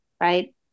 right